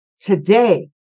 today